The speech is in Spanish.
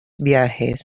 viajes